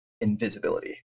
invisibility